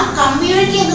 community